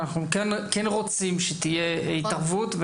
אנחנו כן רוצים שתהיה התערבות,